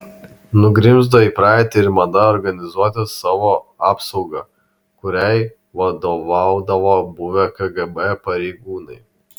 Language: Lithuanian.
nugrimzdo į praeitį ir mada organizuoti savo apsaugą kuriai vadovaudavo buvę kgb pareigūnai